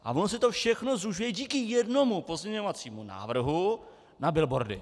A ono se to všechno zúžuje díky jednomu pozměňovacímu návrhu na billboardy.